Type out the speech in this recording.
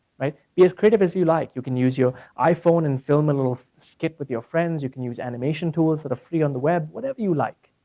be as creative as you like. you can use your iphone and film a little skit with your friends. you can use animation tools that are free on the web. whatever you like.